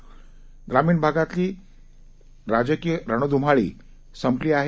तरीग्रामीणभागातीलराजकीयरणधुमाळी संपली आहे